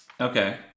Okay